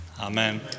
Amen